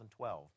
2012